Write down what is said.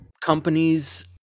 companies